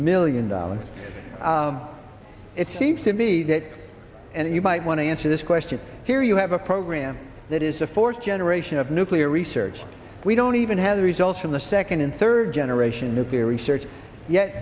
million dollars it seems to be that and you might want to answer this question here you have a program that is the fourth generation of nuclear research we don't even have the results from the second and third generation is there research yet